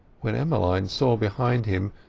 when emmeline saw behind him,